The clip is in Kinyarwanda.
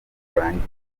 urangira